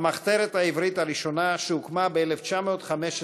המחתרת העברית הראשונה, שהוקמה ב-1915,